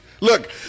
look